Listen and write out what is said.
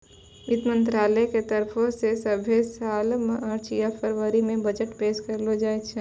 वित्त मंत्रालय के तरफो से सभ्भे साल मार्च या फरवरी मे बजट पेश करलो जाय छै